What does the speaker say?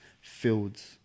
fields